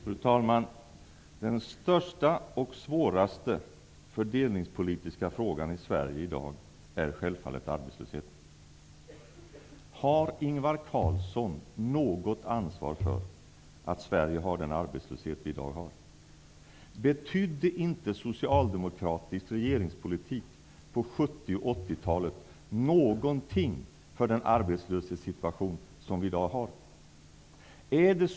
Fru talman! Den största och svåraste fördelningspolitiska frågan i Sverige i dag är självfallet arbetslösheten. Har Ingvar Carlsson något ansvar för att vi i Sverige har den arbetslöshet som vi i dag har? Betydde inte den socialdemokratiska regeringspolitiken på 70 och 80-talet någonting för den arbetslöshetssituation som vi har i dag?